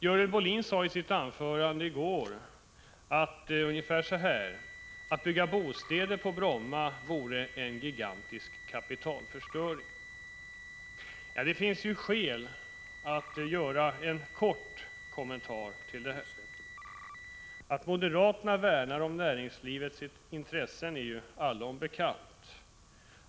Görel Bohlin sade i sitt anförande i går ungefär så här: Att bygga bostäder på Bromma vore en gigantisk kapitalförstöring. Det finns skäl att göra en kort kommentar till detta. Att moderaterna värnar om näringslivets intressen är allom bekant.